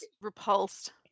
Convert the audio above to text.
repulsed